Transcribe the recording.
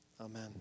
Amen